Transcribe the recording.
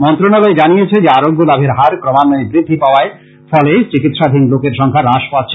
মন্ত্রনালয় জানিয়েছে যে আরোগ্য লাভের হার ক্রমান্বয়ে বৃদ্ধি পাওয়ার ফলে চিকিৎসাধীন লোকের সংখ্যা হ্রাস পাচ্ছে